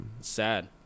Sad